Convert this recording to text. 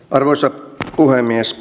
arvoisa puhemies